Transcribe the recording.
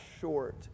short